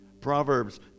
Proverbs